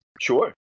Sure